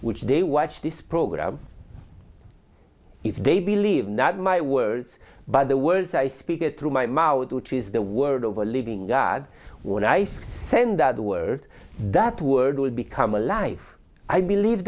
which they watch this program if they believe not my words but the words i speak it through my mouth which is the word of a living god when i send out the word that word would become a life i believe